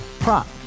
Prop